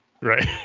Right